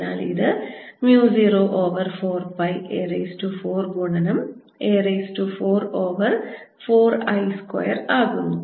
അതിനാൽ ഇത് mu 0 over 4 pi a raised to 4 ഗുണനം a raised to 4 over 4 I square ആകുന്നു